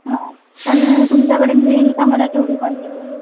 हं तर तुमच्याकडे मिळेल का मला तेवढी क्वांटिटी